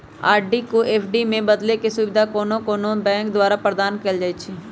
RD को FD में बदलेके सुविधा कोनो कोनो बैंके द्वारा प्रदान कएल जाइ छइ